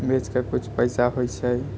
बेचके किछु पैसा होइ छै